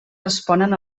responen